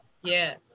Yes